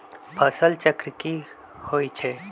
फसल चक्र की होई छै?